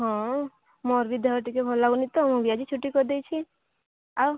ହଁ ମୋର ବି ଦେହ ଟିକେ ଭଲ ଲାଗୁନି ତ ମୁଁ ବି ଆଜି ଛୁଟି କରିଦେଇଛି ଆଉ